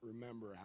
remember